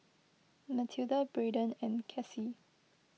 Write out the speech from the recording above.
Matilda Brayden and Cassie